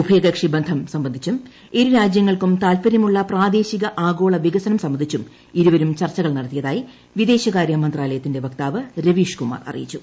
ഉഭയകക്ഷി ബന്ധം സംബന്ധിച്ചുള്ളൂ ഇരുരാജ്യങ്ങൾക്കും താൽപര്യമുള്ള പ്രാദേശിക ആഗോള വികസ്ത്രപ്പ്ക്ബന്ധിച്ചും ഇരുവരും ചർച്ചകൾ നടത്തിയതായി വിദേശകാരൂമന്ത്രാലയത്തിന്റെ വക്താവ് രവീഷ് കുമാർ അറിയിച്ചു